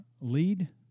lead